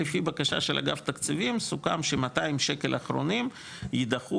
לפי בקשה של אגף תקציבים סוכם ש-200 שקל אחרונים יידחו